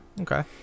okay